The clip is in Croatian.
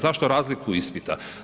Zašto razliku ispita?